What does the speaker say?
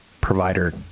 provider